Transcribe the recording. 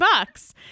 bucks